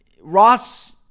Ross